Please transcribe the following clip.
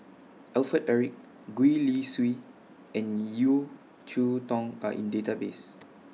Alfred Eric Gwee Li Sui and Yeo Cheow Tong Are in Database